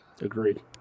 Agreed